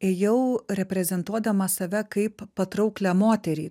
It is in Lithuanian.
ėjau reprezentuodama save kaip patrauklią moterį